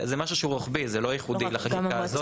זה משהו שהוא רוחבי, זה לא ייחודי לחקיקה הזאת.